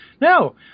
No